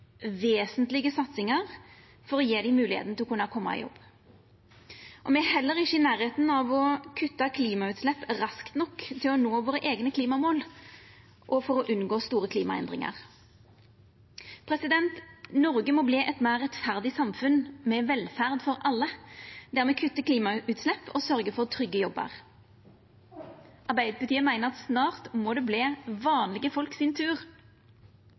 vesentlege satsingar for å gje dei moglegheita til å koma i jobb. Me er heller ikkje i nærleiken av å kutta klimautslepp raskt nok til å nå våre eigne klimamål og for å unngå store klimaendringar. Noreg må verta eit meir rettferdig samfunn med velferd for alle, der me kuttar klimautslepp og sørgjer for trygge jobbar. Arbeidarpartiet meiner at det snart må verta vanlege folk sin tur,